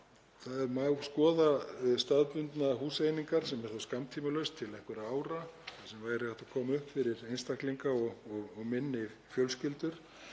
Það má skoða staðbundnar húseiningar sem er þá skammtímalausn til einhverra ára sem væri hægt að koma upp fyrir einstaklinga og minni fjölskyldur.